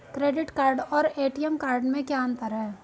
Credit card और ATM card में क्या अंतर है?